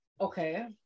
okay